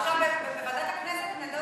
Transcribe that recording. ההצעה להעביר